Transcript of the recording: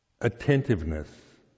attentiveness